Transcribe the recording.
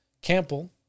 Campbell